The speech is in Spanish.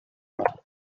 mar